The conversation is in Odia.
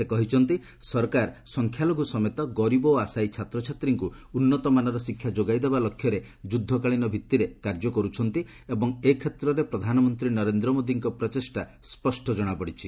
ସେ କହିଛନ୍ତି ସରକାର ସଂଖ୍ୟାଲଘ୍ ସମେତ ଗରିବ ଓ ଆଶାୟୀ ଛାତ୍ରଛାତ୍ରୀଙ୍କୁ ଉନ୍ନତମାନର ଶିକ୍ଷା ଯୋଗାଇଦେବା ଲକ୍ଷ୍ୟରେ ଯୁଦ୍ଧକାଳୀନ ଭିତ୍ତିରେ କାର୍ଯ୍ୟ କର୍ତ୍ଛନ୍ତି ଏବଂ ଏ କ୍ଷେତ୍ରରେ ପ୍ରଧାନମନ୍ତ୍ରୀ ନରେନ୍ଦ୍ର ମୋଦିଙ୍କ ପ୍ରଚେଷ୍ଟା ସ୍ୱଷ୍ଟ ଜଣାପଡ଼ିଛି